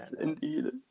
indeed